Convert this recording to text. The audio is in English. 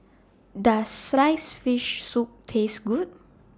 Does Sliced Fish Soup Taste Good